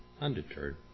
undeterred